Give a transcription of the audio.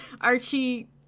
Archie